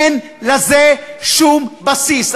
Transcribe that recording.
אין לזה שום בסיס.